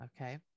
Okay